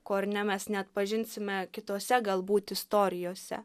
ko ar ne mes neatpažinsime kitose galbūt istorijose